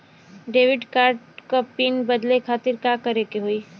Debit card क PIN बदले खातिर का करेके होई?